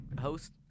host